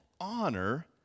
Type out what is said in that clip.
honor